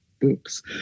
books